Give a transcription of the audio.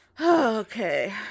Okay